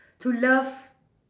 to love